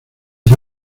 fue